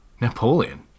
Napoleon